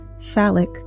phallic